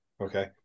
okay